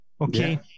okay